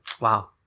wow